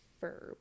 verb